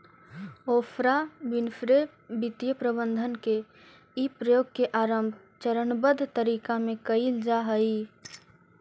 Oprah Winfrey वित्तीय प्रबंधन के इ प्रयोग के आरंभ चरणबद्ध तरीका में कैइल जा हई